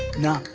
no,